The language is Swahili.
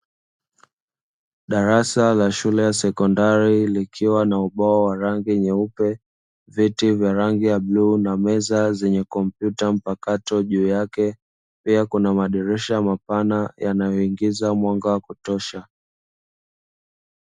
Darasa la shule ya sekondari likiwa ubao wa rangi nyeupe, viti vya rangi ya bluu, na meza zenye kompyuta mpakato juu yake pia kuna madirisha mapana yanayoingiza mwanga wa kutosha.